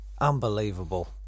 Unbelievable